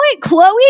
Chloe